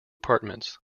apartments